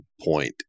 point